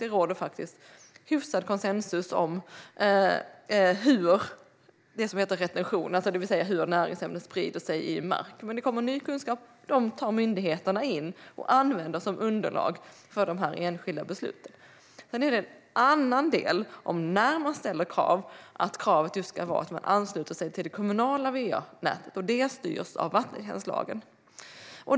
Det råder faktiskt hyfsad konsensus om det som heter retention, det vill säga hur näringsämnen sprider sig i marken. Men det kommer ny kunskap, och den tar myndigheterna in och använder som underlag för de enskilda besluten. Sedan är det en annan del, som handlar om att vi kräver just att man ansluter sig till det kommunala va-nätet. Det styrs av vattentjänstlagen.